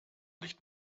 nicht